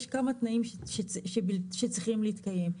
יש כמה תנאים שצריכים להתקיים,